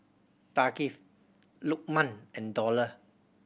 Thaqif Lukman and Dollah